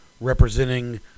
representing